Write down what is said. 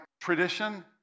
tradition